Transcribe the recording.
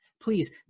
Please